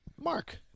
Mark